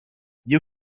you